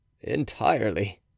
Entirely